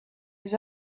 his